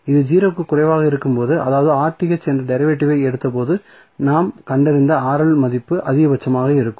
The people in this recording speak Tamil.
இது 0 க்கும் குறைவாக இருக்கும்போது அதாவது என்ற டெரிவேட்டிவை எடுத்தபோது நாம் கண்டறிந்த மதிப்பு அதிகபட்சமாக இருக்கும்